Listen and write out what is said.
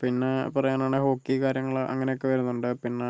പിന്നെ പറയാനാണെങ്കിൽ ഹോക്കി കാര്യങ്ങൾ അങ്ങനെയൊക്കെ വരുന്നുണ്ട് പിന്നെ